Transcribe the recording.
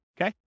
Okay